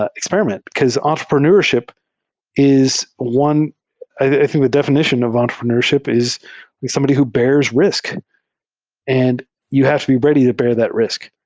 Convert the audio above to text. ah experiment, because entrepreneurship is one i think the definition of entrepreneurship is somebody who bears risk and you have to be ready to bear that risk.